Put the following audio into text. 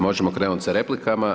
Možemo krenuti sa replikama.